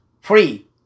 free